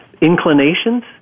inclinations